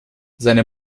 seine